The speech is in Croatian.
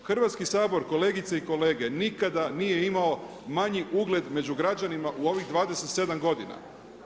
Hrvatskog sabora, kolegice i kolege, nikada nije imao manji ugled među građanima u ovih 27 godina.